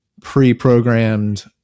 pre-programmed